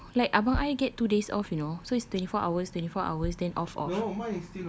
I tak tahu like abang I get two days off you know so it's twenty four hours twenty four hours then off off